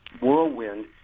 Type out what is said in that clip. whirlwind